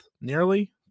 nearly